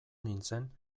nintzen